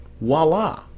voila